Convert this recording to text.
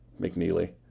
McNeely